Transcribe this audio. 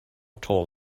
tall